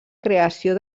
creació